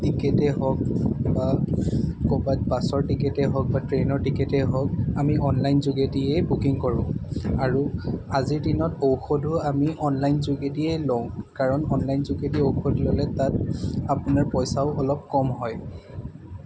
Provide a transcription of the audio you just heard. টিকেটেই হওক বা ক'ৰবাত বাছৰ টিকেটেই হওক বা ট্ৰেইনৰ টিকেটেই হওক আমি অনলাইন যোগেদিয়েই বুকিং কৰোঁ আৰু আজিৰ দিনত ঔষধো আমি অনলাইন যোগেদিয়েই লওঁ কাৰণ অনলাইন যোগেদি ঔষধ ল'লে তাত আপোনাৰ পইচাও অলপ কম হয়